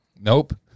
Nope